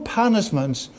punishments